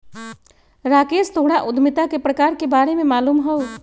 राकेश तोहरा उधमिता के प्रकार के बारे में मालूम हउ